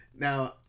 Now